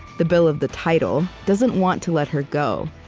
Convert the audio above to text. the bill of the title, doesn't want to let her go,